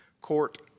court